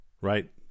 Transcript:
right